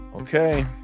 Okay